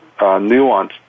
nuanced